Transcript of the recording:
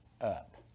up